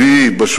ראש הממשלה,